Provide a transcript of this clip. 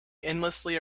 endlessly